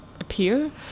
appear